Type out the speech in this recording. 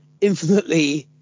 infinitely